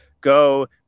go